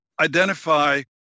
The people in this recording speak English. identify